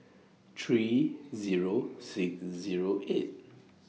three Zero six Zero eight